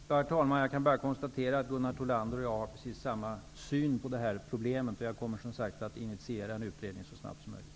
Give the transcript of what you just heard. Herr talman! Jag kan bara konstatera att Gunnar Thollander och jag har precis samma syn på problemet. Jag kommer, som sagt, att initiera en utredning så snabbt som möjligt.